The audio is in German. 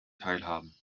teilhaben